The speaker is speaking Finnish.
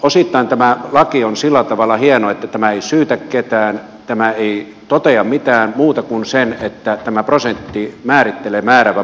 osittain tämä laki on sillä tavalla hieno että tämä ei syytä ketään tämä ei totea mitään muuta kuin sen että tämä prosentti määrittelee määräävän markkina aseman